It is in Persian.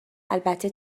البته